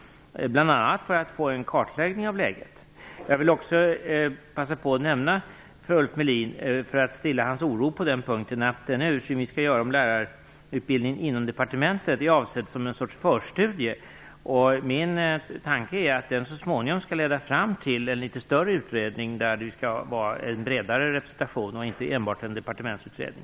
Jag vill bl.a. få en kartläggning av läget. Jag vill också passa på att nämna för Ulf Melin, för att stilla hans oro på den punkten, att den översyn vi skall göra av lärarutbildningen inom departementet är avsedd som en sorts förstudie. Min tanke är att den så småningom skall leda fram till en litet större utredning med en bredare representation och inte enbart en departementsutredning.